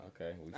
Okay